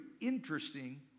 interesting